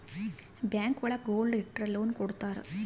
bank ಒಳಗ gold ಇಟ್ರ loan ಕೊಡ್ತಾರ